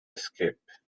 escape